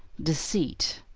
deceit,